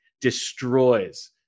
destroys